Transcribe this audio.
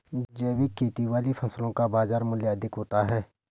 जैविक खेती वाली फसलों का बाजार मूल्य अधिक होता है